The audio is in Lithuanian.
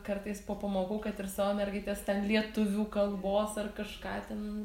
kartais po pamokų kad ir savo mergaites ten lietuvių kalbos ar kažką ten